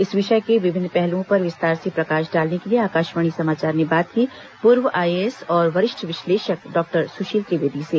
इस विषय के विभिन्न पहलुओं पर विस्तार से प्रकाश डालने के लिए आकाशवाणी समाचार ने बात की पूर्व आईएएस और वरिष्ठ विश्लेषक डॉक्टर सुशील त्रिवेदी से